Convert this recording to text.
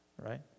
right